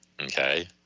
okay